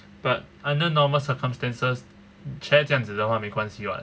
but under normal circumstances chair 这样子的话没关系 [what]